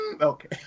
Okay